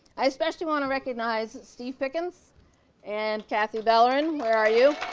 i especially want to recognize steve pickens and cathy valerin, where are you?